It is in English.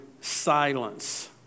silence